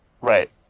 Right